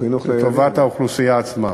וחינוך, חינוך, לטובת האוכלוסייה עצמה.